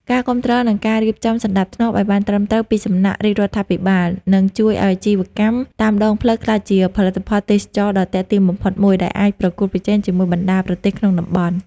ការគាំទ្រ និងការរៀបចំសណ្ដាប់ធ្នាប់ឱ្យបានត្រឹមត្រូវពីសំណាក់រាជរដ្ឋាភិបាល នឹងជួយឱ្យអាជីវកម្មតាមដងផ្លូវក្លាយជាផលិតផលទេសចរណ៍ដ៏ទាក់ទាញបំផុតមួយ ដែលអាចប្រកួតប្រជែងជាមួយបណ្ដាប្រទេសក្នុងតំបន់។